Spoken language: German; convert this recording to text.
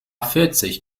vierzig